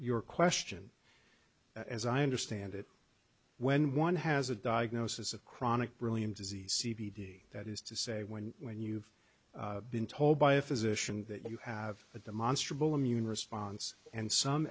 your question as i understand it when one has a diagnosis of chronic brilliant disease c b d that is to say when when you've been told by a physician that you have a demonstrably immune response and some